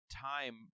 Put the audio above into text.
time